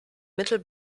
mittel